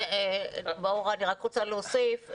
אני רק רוצה להוסיף.